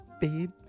babe